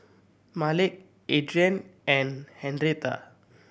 Malik Adriene and Henretta